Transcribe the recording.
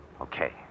Okay